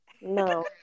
no